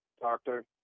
doctor